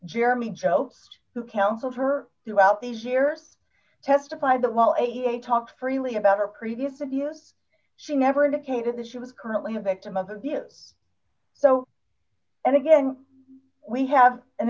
jeremy job who counseled her throughout these years testified that while a talk freely about her previous abuse she never indicated that she was currently a victim of abuse so and again we have an